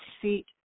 feet